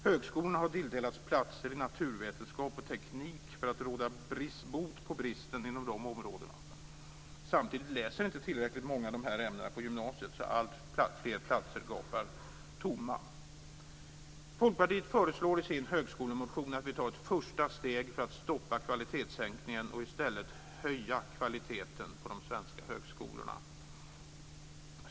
Högskolorna har tilldelats platser i naturvetenskap och teknik för att råda bot på bristen inom de områdena. Samtidigt läser inte tillräckligt många de här ämnena på gymnasiet, så att alltfler platser där gapar tomma. Folkpartiet föreslår i sin högskolemotion att vi ska ta ett första steg för att stoppa kvalitetssänkningen och i stället höja kvaliteten på de svenska högskolorna.